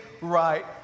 right